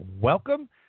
Welcome